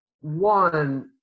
one